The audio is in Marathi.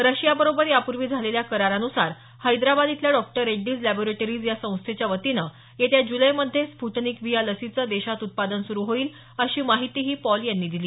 रशिया बरोबर यापूर्वी झालेल्या करारानुसार हैदराबाद इथल्या डॉ रेड्डीज लॅब्रोटरीज या संस्थेच्या वतीनं येत्या जुलै मध्ये स्फुटनिक व्ही या लसीचं देशात उत्पादन सुरू होईल अशी माहितीही पॉल यांनी दिली